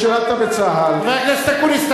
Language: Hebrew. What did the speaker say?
חבר הכנסת אקוניס.